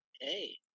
Hey